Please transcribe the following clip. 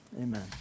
Amen